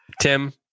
Tim